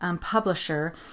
publisher